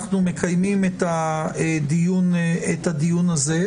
אנחנו מקיימים את הדיון הזה,